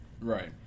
Right